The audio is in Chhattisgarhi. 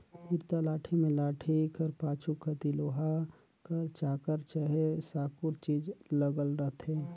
इरता लाठी मे लाठी कर पाछू कती लोहा कर चाकर चहे साकुर चीज लगल रहथे